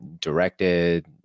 directed